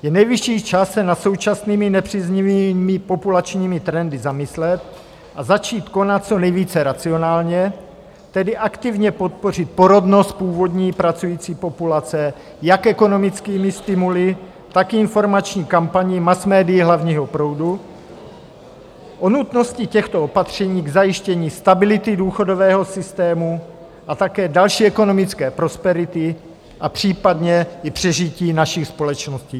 Je nejvyšší čas se nad současnými nepříznivými populačními trendy zamyslet a začít konat co nejvíce racionálně, tedy aktivně podpořit porodnost původní pracující populace jak ekonomickými stimuly, tak informační kampaní masmédií hlavního proudu o nutnosti těchto opatření k zajištění stability důchodového systému a také další ekonomické prosperity a případně i přežití našich společností.